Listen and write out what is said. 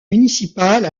municipale